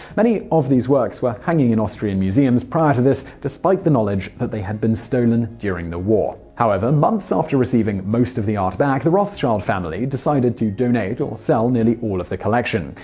many of these works were hanging in austrian museums prior to this, despite the knowledge that they had been stolen during the war. however, months after receiving most of the art back, the rothschild family decided to donate or sell nearly all of the collection.